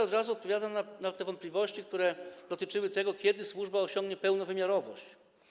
Od razu odpowiadam na wątpliwości, które dotyczyły tego, kiedy służba osiągnie pełnowymiarowość.